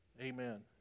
Amen